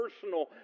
personal